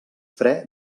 fre